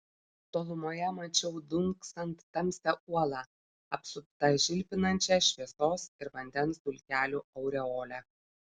tolumoje mačiau dunksant tamsią uolą apsuptą žilpinančia šviesos ir vandens dulkelių aureole